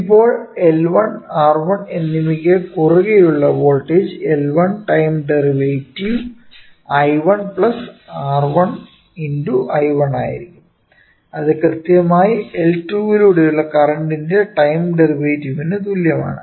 ഇപ്പോൾ L1 R1 എന്നിവയ്ക്ക് കുറുകെയുള്ള voltage L1 time derivative I1 R1 × I1 ആയിരിക്കും അത് കൃത്യമായി L2 ലൂടെയുള്ള കറന്റിന്റെ ടൈം ഡെറിവേറ്റീവിനു തുല്യമാണ്